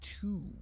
two